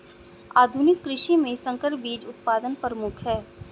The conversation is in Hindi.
आधुनिक कृषि में संकर बीज उत्पादन प्रमुख है